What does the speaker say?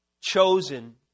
chosen